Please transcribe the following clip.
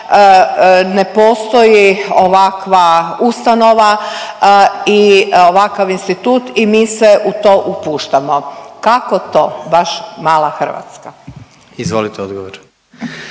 ne postoji ovakva ustanova i ovakav institut i mi se u to upuštamo. Kako to baš mala Hrvatska? **Medved,